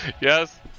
Yes